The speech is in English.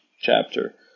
chapter